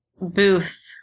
Booth